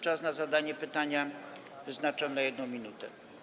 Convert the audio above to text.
Czas na zadanie pytania wyznaczam na 1 minutę.